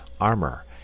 armor